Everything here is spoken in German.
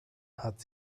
hat